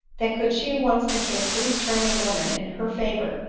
that could she once interest these charming women in her favor,